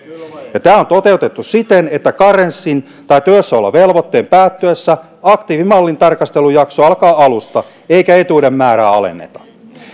tämä on toteutettu siten että karenssin tai työssäolovelvoitteen päättyessä aktiivimallin tarkastelujakso alkaa alusta eikä etuuden määrää alenneta